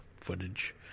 footage